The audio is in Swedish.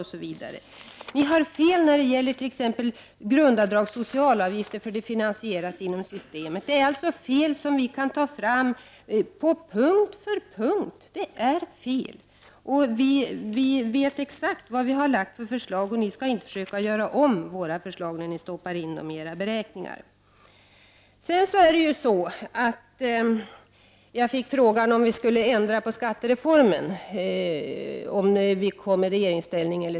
Ni har fel t.ex. när det gäller grundavdrag och socialavgifter — de finansieras inom systemet. Jag kan dra fram fel på punkt efter punkt. Vi vet exakt vilka förslag vi har lagt fram, och ni skall inte försöka göra om dem när ni stoppar i dem i era beräkningar. Jag fick frågan om vi skulle ändra på skattereformen om vi kommer i regeringsställning.